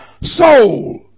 soul